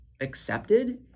accepted